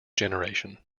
generation